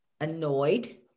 annoyed